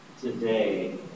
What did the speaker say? today